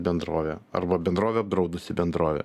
bendrovė arba bendrovę apdraudusi bendrovė